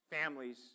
Families